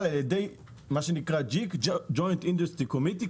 על ידי JIC joint industry committee,